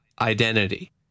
identity